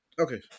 Okay